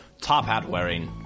top-hat-wearing